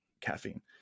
caffeine